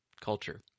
culture